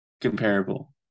Comparable